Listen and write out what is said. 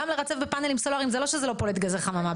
גם לרצף בפאנלים סלולאריים לא מונע את הפליטה של גזי חממה.